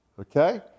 okay